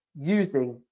using